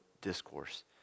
discourse